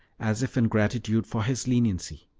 as if in gratitude for his leniency.